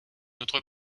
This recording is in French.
notre